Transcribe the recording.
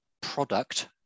product